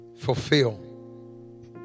fulfill